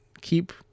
keep